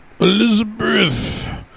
Elizabeth